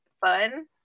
fun